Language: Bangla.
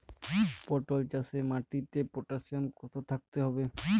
পটল চাষে মাটিতে পটাশিয়াম কত থাকতে হবে?